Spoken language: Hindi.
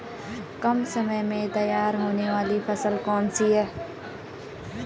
कम समय में तैयार होने वाली फसल कौन सी है?